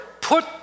put